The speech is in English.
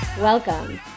Welcome